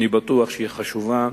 אני בטוח שהיא חשובה,